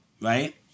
Right